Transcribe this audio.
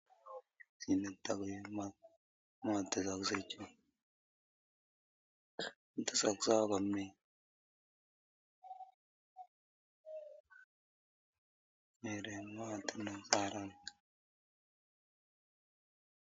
Sio kiswahili ambacho kinazungumwa hapa. Lugha hii inaonekana kuwa ya mama au ya jamii.